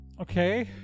Okay